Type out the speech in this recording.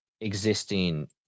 existing